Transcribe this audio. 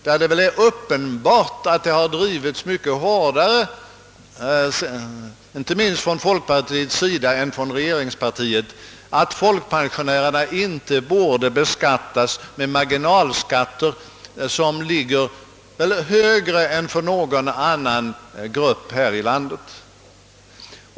Det är väl uppenbart att inte minst folkpartiet mycket mer energiskt än regeringspartiet har drivit åsikten att folkpensionärerna inte borde beskattas med högre »marginalskatter» eller avdrag än någon annan grupp här i landet.